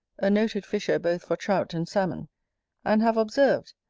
a noted fisher both for trout and salmon and have observed,